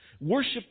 Worship